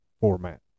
format